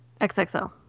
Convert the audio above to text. XXL